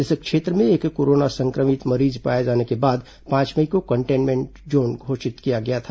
इस क्षेत्र में एक कोरोना संक्रमित मरीज पाए जाने के बाद पांच मई को कंटेन्मेंट घोषित किया गया था